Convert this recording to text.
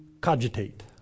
cogitate